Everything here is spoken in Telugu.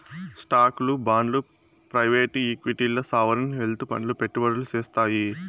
స్టాక్లు, బాండ్లు ప్రైవేట్ ఈక్విటీల్ల సావరీన్ వెల్త్ ఫండ్లు పెట్టుబడులు సేత్తాయి